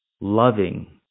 loving